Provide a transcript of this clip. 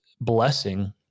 blessing